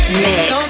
mix